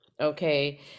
okay